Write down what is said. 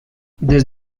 des